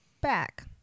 back